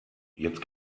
jetzt